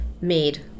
made